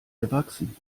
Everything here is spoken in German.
gewachsen